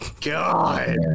God